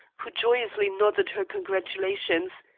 who joyously nodded her congratulations,